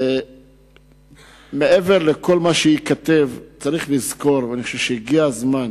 ומעבר לכל מה שייכתב, הגיע הזמן